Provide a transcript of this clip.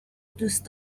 دوست